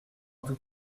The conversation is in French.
tout